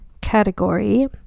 category